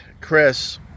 Chris